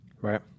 Right